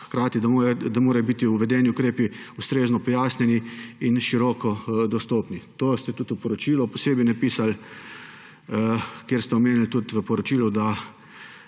da morajo biti uvedeni ukrepi ustrezno pojasnjeni in široko dostopni. To ste tudi v poročilu posebej napisali, kjer ste omenili, da